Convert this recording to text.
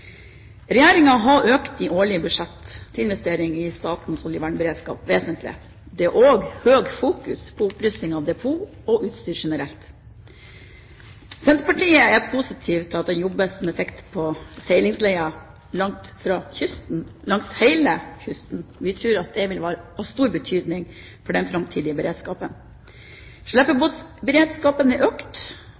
har økt de årlige budsjett til investering i statens oljevernberedskap vesentlig. Det er også økt fokusering på opprustning av depoter og utstyr generelt. Senterpartiet er positiv til at det jobbes med sikte på seilingsleder langs hele kysten. Vi tror det vil være av stor betydning for den framtidige beredskapen. Slepebåtberedskapen er økt,